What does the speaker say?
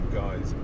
guys